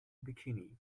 bikini